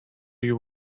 you